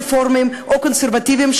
רפורמים או קונסרבטיבים,